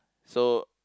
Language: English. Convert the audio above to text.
so